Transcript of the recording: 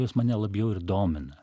jos mane labiau ir domina